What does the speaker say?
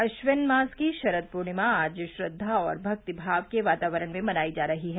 अश्विन मास की शरद पूर्णिमा आज श्रद्वा और भक्ति भाव के वातावरण में मनाई जा रही है